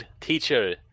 Teacher